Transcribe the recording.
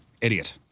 Idiot